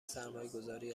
سرمایهگذاری